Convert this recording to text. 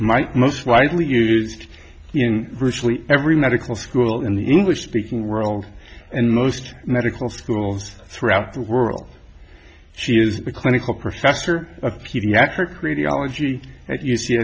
my most widely used in virtually every medical school in the english speaking world and most medical schools throughout the world she is the clinical professor of pediatrics radiology at u